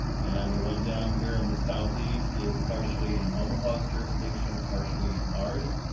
and the one down here in the southeast is partially in omaha's jurisdiction, partially in ours.